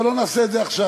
אבל לא נעשה את זה עכשיו.